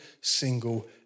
single